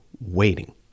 waiting